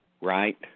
Right